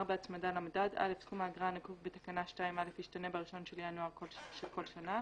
הצמדה למדד סכום האגרה הנקוב בתקנה 2(א) ישתנה ב-1 בינואר של כל שנה